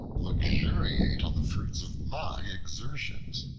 luxuriate on the fruits of my exertions.